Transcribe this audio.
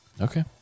Okay